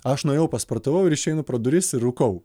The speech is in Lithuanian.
aš nuėjau pasportavau ir išeinu pro duris ir rūkau